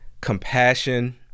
compassion